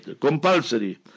compulsory